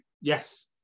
yes